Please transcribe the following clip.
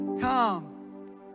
come